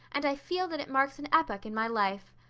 and i feel that it marks an epoch in my life.